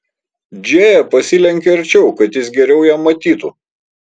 džėja pasilenkė arčiau kad jis geriau ją matytų